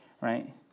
right